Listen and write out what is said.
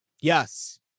Yes